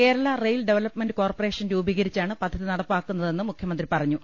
Kerala rail development corporation രൂപീ കരിച്ചാണ് പദ്ധതി നടപ്പിലാക്കുന്നതെന്ന് മുഖ്യമന്ത്രി പറഞ്ഞു